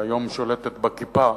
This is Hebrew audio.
שהיום שולטת בכיפה,